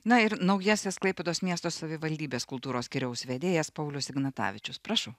na ir naujasis klaipėdos miesto savivaldybės kultūros skyriaus vedėjas paulius ignatavičius prašau